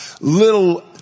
little